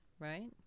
Right